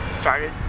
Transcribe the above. started